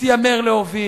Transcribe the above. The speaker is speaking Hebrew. מתיימר להוביל.